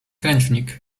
klęcznik